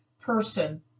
person